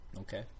Okay